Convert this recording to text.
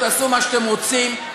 תעשו מה שאתם רוצים,